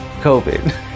COVID